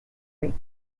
rates